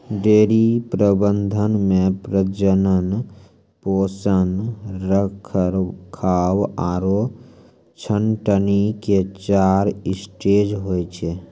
dairy प्रबंधन मॅ प्रजनन, पोषण, रखरखाव आरो छंटनी के चार स्टेज होय छै